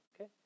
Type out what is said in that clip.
Okay